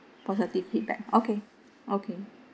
positive feedback okay okay